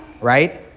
right